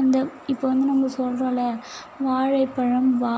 அந்த இப்போ வந்து நம்ம சொல்லுறோல்ல வாழைப்பழம் வா